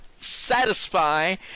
satisfy